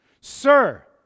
Sir